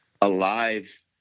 alive